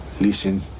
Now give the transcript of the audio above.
listen